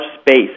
space